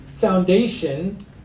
foundation